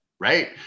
Right